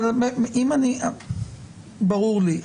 ברור לי.